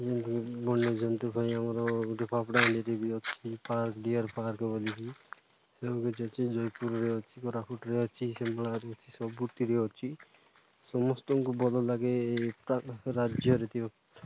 ଯେମିତି ବନ୍ୟଜନ୍ତୁ ପାଇଁ ଆମର ଗୋଟେ ପାପଡ଼ା ହୋନରେ ବି ଅଛି ପାର୍କ ଡିଅର୍ ପାର୍କ ବୋଲିିକି ସେକ ଅଛି ଜୟପୁରରେ ଅଛି କୋରାପୁଟରେ ଅଛି ଶିମଳ ଅଛି ସବୁଥିରେ ଅଛି ସମସ୍ତଙ୍କୁ ଭଲ ଲାଗେ ଏ ରାଜ୍ୟରେ